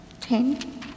ten